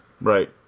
right